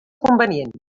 convenient